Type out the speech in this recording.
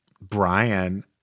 Brian